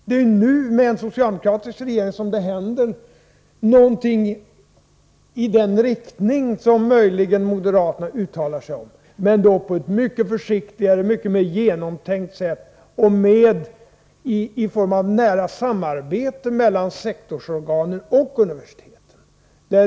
Det är ju nu när vi har en socialdemokratisk regering som någonting händer i den riktning som moderaterna, möjligen, uttalat sig för — men mycket försiktigare och på ett mycket mera genomtänkt sätt och i nära samarbete mellan sektorsorganen och universiteten.